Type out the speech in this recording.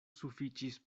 sufiĉis